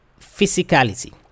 physicality